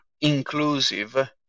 inclusive